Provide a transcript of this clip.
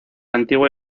antigua